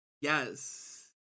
Yes